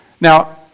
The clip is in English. Now